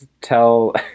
tell